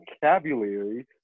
vocabulary